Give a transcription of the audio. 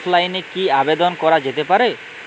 অফলাইনে কি আবেদন করা যেতে পারে?